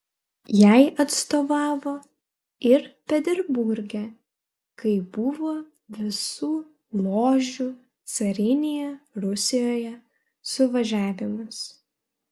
jai atstovavo ir peterburge kai buvo visų ložių carinėje rusijoje suvažiavimas